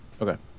Okay